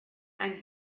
and